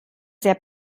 sehr